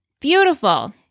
Beautiful